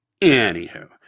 Anywho